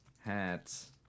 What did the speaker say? Hats